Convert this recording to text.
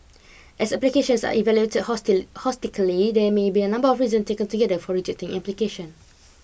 as applications are evaluated holistic holistically there may be a number of reasons taken together for rejecting application